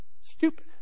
stupid